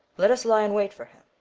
let us lie in wait for him,